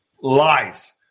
lies